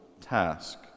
task